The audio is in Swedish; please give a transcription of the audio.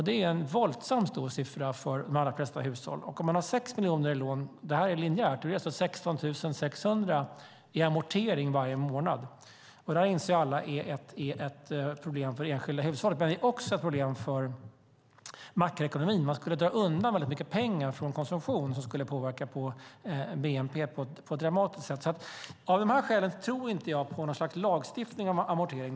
Det är en våldsamt stor siffra för de allra flesta hushåll. Och om man har 6 miljoner i lån - det här är linjärt - är det 16 600 i amortering varje månad. Det här inser alla är ett problem för enskilda hushåll, men det är också ett problem för makroekonomin. Man skulle dra undan väldigt mycket pengar från konsumtion som skulle påverka bnp på ett dramatiskt sätt. Av de här skälen tror inte jag på något slags lagstiftning om amortering.